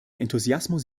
enthusiasmus